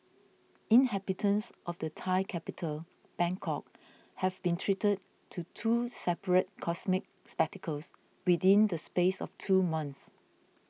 inhabitants of the Thai capital Bangkok have been treated to two separate cosmic spectacles within the space of two months